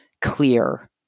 clear